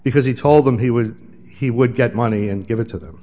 because he told them he would he would get money and give it to them